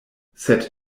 sed